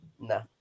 No